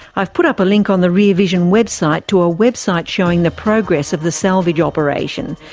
i've put up a link on the rear vision website to a website showing the progress of the salvage operation.